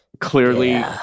clearly